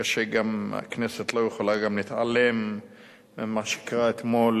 גם הכנסת לא יכולה להתעלם ממה שקרה אתמול